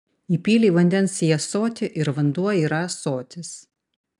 įpylei vandens į ąsotį ir vanduo yra ąsotis